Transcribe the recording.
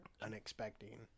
unexpecting